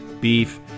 Beef